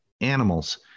animals